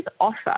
offer